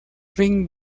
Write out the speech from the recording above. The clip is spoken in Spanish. ring